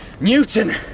Newton